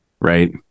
right